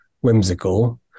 whimsical